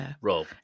Rob